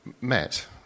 met